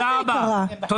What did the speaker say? אני